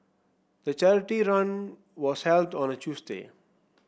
the charity run was held on a Tuesday